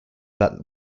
that